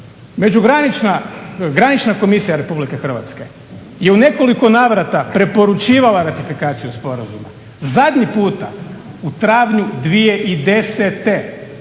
Granična komisija Republike Hrvatske je u nekoliko navrata preporučivala ratifikaciju sporazuma. Zadnji puta u travnju 2010.